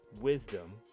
wisdom